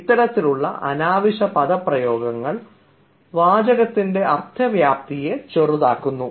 ഇത്തരത്തിലുള്ള അനാവശ്യമായ പദപ്രയോഗങ്ങൾ വാചകത്തിൻറെ അർഥവ്യാപ്തിയെ ചെറുതാകുന്നു